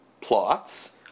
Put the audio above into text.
plots